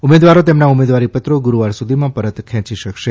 ઉમેદવારો તેમના ઉમેદવારી પત્રો ગુરૂવાર સુધીમાં પરત ખેંચી શકશે